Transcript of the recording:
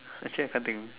actually I can't think